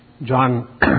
John